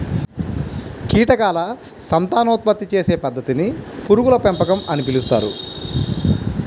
కీటకాల సంతానోత్పత్తి చేసే పద్ధతిని పురుగుల పెంపకం అని పిలుస్తారు